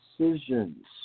decisions –